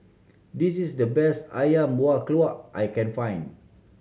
this is the best Ayam Buah Keluak I can find